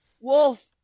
Wolf